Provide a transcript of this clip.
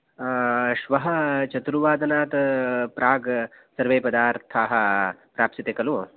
श्वः चतुर्वादनात् प्राग् सर्वे पदार्थाः प्राप्स्यते खलु